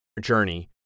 journey